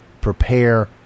prepare